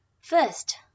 First